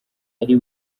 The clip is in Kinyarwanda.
ari